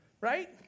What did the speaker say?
right